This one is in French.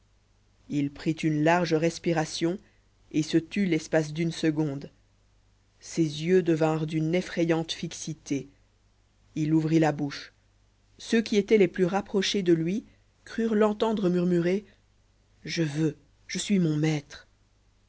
il prit une large respiration et se tut l'espace d'une seconde ses yeux devinrent d'une effrayante fixité il ouvrit la bouche ceux qui étaient les plus rapprochés de lui crurent l'entendre murmurer je veux je suis mon maître